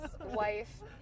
wife